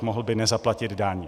Mohl by nezaplatit daň.